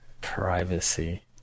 Privacy